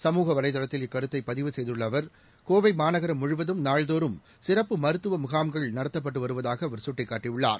சமூக வலைதளத்தில் இக்கருத்தைபதிவு செய்துள்ளஅவர் கோவைமாநகரம் முழுவதும் நாள்தோறும் சிறப்பு மருத்துவமுகாம்கள் நடத்தப்பட்டுவருவதாகஅவர் சுட்டிக்காட்டியுள்ளார்